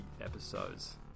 episodes